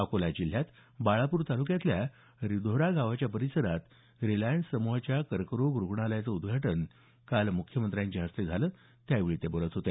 अकोला जिल्ह्यात बाळापूर तालुक्यातल्या रिधोरा गावाच्या परिसरात रिलायन्स समुहाच्या कर्करोग रुग्णालयाचं उद्घाटन काल मुख्यमंत्र्यांच्या हस्ते झालं त्यावेळी ते बोलत होते